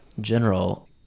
general